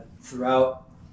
throughout